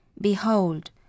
Behold